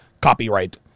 copyright